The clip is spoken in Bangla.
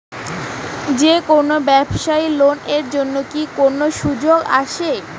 যে কোনো ব্যবসায়ী লোন এর জন্যে কি কোনো সুযোগ আসে?